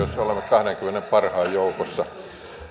olemme kahteenkymmeneen parhaan joukossa